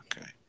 Okay